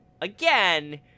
again